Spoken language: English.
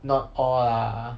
not all lah